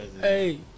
Hey